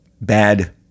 bad